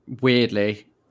Weirdly